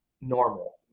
normal